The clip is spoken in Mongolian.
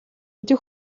өдий